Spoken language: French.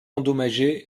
endommagée